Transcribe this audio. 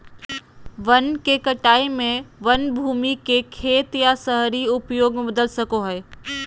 वन के कटाई में वन भूमि के खेत या शहरी उपयोग में बदल सको हइ